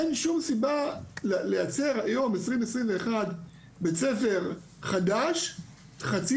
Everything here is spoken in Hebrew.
אין שום סיבה לייצר היום ב-2021 בית ספר חדש חצי